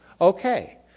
Okay